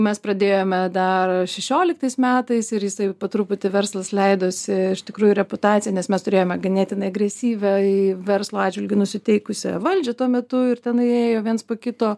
mes pradėjome dar šešioliktais metais ir jisai po truputį verslas leidosi iš tikrųjų reputacija nes mes turėjome ganėtinai agresyviai verslo atžvilgiu nusiteikusią valdžią tuo metu ir tenai ėjo viens po kito